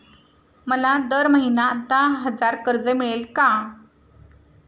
मला दर महिना दहा हजार कर्ज मिळेल का?